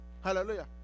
Hallelujah